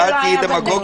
ואל תהיה דמגוגית.